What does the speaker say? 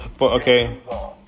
okay